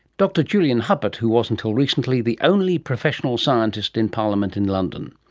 dr julian huppert, who was until recently the only professional scientist in parliament in london.